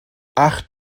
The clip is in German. acht